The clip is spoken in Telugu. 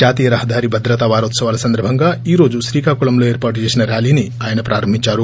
జాతీయ రహదారి భద్రతా వారోత్సవాల సందర్భంగా ఈ రోజు శ్రీకాకుళంలో ఏర్పాటు చేసిన ర్వాలీని ఆయన ప్రారంభించారు